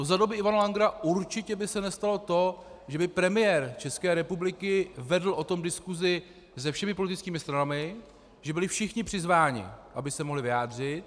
Za doby Ivana Langera určitě by se nestalo to, že by premiér České republiky vedl o tom diskusi se všemi politickými stranami, že byli všichni přizváni, aby se mohli vyjádřit.